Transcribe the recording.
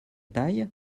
taille